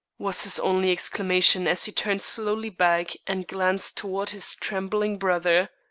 was his only exclamation as he turned slowly back and glanced toward his trembling brother.